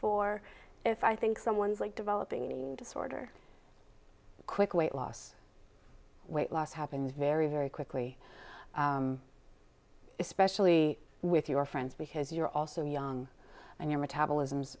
for if i think someone's like developing any disorder quick weight loss weight loss happens very very quickly especially with your friends because you're also young and your metabolisms